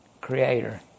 creator